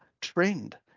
trend